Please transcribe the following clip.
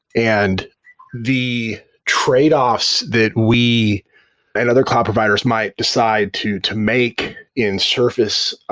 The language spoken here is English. and the trade-offs that we and other cloud providers might decide to to make in surface,